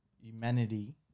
humanity